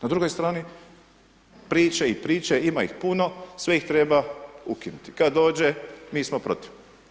Na drugoj strani, priče i priče, ima ih puno, sve ih treba ukinuti, kada dođe mi smo protiv.